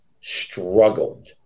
struggled